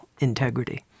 integrity